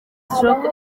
stroke